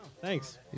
Thanks